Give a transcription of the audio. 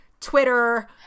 Twitter